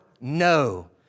no